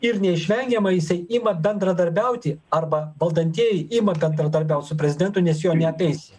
ir neišvengiamai jisai ima bendradarbiauti arba valdantieji ima bendradarbiaut su prezidentu nes jo neapeisi